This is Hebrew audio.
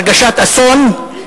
הרגשת אסון,